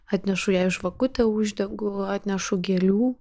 atnešu jai žvakutę uždegu atnešu gėlių